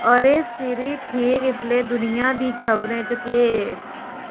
अरे सिरी ठीक इसलै दुनिया दियें खबरें च केह् ऐ